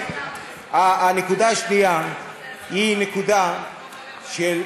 הנקודות, אולי נתמוך.